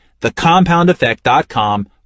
thecompoundeffect.com